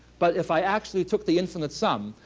but if i actually took the infinite sum,